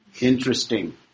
Interesting